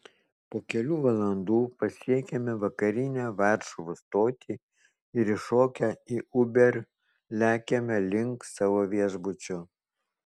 po kelių valandų pasiekiame vakarinę varšuvos stotį ir įšokę į uber lekiame link savo viešbučio